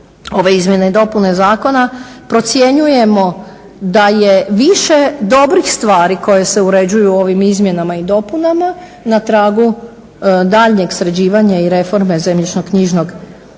ove izmjene i dopune zakona procjenjujemo da je više dobrih stvari koje se uređuju ovim izmjenama i dopunama na tragu daljnjeg sređivanja i reforme zemljišno-knjižnog